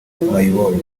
mayibobo